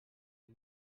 del